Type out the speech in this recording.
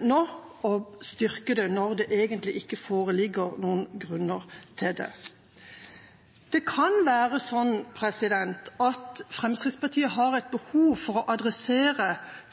nå, og styrke det, når det egentlig ikke foreligger noen grunner til det? Det kan være sånn at Fremskrittspartiet har et behov for å adressere